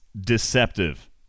deceptive